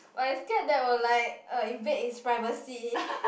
but I scared that will like uh invade his privacy